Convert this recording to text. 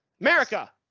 America